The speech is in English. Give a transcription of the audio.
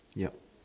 ya